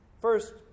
First